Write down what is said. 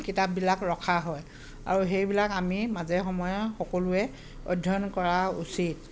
কিতাপবিলাক ৰখা হয় আৰু সেইবিলাক আমি মাজে সময়ে সকলোৱে অধ্যয়ন কৰা উচিত